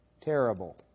terrible